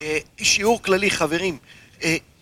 שיעור כללי חברים